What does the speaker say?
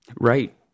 Right